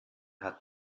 hat